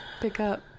pickup